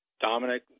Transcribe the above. Dominic